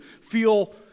feel